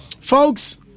folks